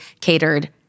catered